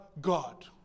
God